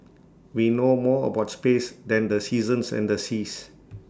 we know more about space than the seasons and the seas